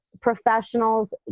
professionals